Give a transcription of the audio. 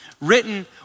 written